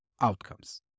outcomes